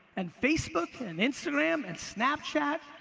and facebook, and instagram, and snapchat,